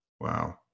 Wow